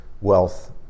wealth